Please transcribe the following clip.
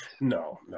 No